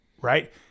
Right